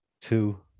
Two